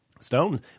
Stone